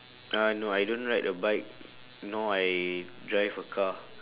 uh no I don't ride a bike nor I drive a car